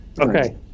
Okay